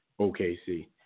OKC